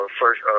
first